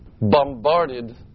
bombarded